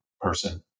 person